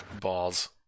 Balls